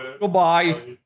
Goodbye